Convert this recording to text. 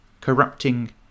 corrupting